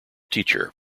teacher